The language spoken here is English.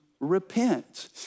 repent